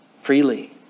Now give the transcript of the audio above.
freely